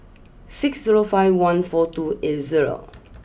six zero five one four two eight zero